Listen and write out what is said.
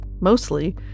Mostly